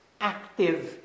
active